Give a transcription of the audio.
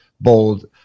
bold